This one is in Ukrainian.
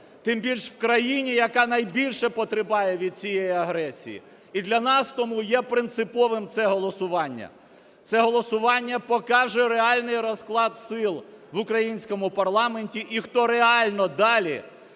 тим більш в країні, яка найбільше потерпає від цієї агресії. І для нас тому є принциповим це голосування, це голосування покаже реальний розклад сил в українському парламенті і хто реально далі